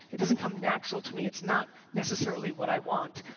it doesn't come natural to me. it's not necessarily what i want.